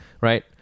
right